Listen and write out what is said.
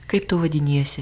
kaip tu vadiniesi